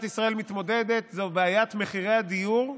ישראל מתמודדת זו בעיית מחירי הדיור.